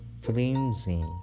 flimsy